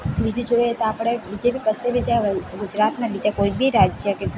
બીજું જોઈએ તો આપણે બીજે બી કશે બી જાઓ ગુજરાતના બીજા કોઈ બી રાજ્ય